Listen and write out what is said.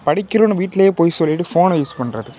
படிக்கிறோன்னு வீட்டிலயே பொய் சொல்லிவிட்டு ஃபோனை யூஸ் பண்ணுறது